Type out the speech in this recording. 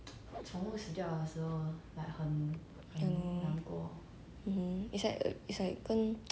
mmhmm it's like err it's like 跟很清晰一次 like since it pass away 这样